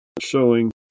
showing